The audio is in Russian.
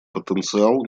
потенциал